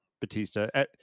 Batista